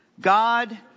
God